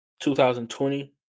2020